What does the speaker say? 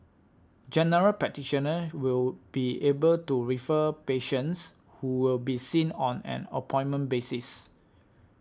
General Practitioners will be able to refer patients who will be seen on an appointment basis